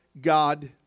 God